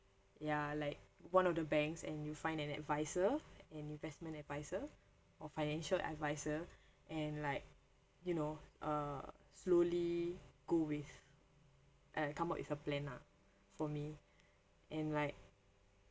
ya like one of the banks and you find an advisor an investment advisor or financial advisor and like you know uh slowly go with uh come up with a plan lah for me and like